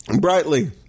Brightly